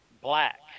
black